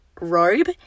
Robe